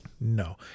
No